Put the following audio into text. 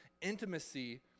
intimacy